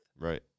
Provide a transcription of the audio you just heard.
right